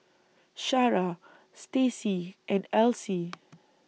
Shara Stacie and Alcee